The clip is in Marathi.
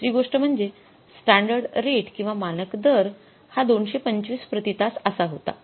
दुसरी गोस्ट म्हणजे स्टॅंडर्ड रेट किंवा मानक दर हा २२५ प्रति तास असा होता